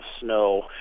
snow